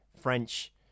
French